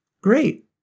Great